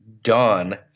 done